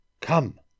Come